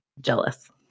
jealous